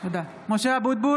(קוראת בשמות חברי הכנסת) משה אבוטבול,